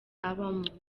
abamo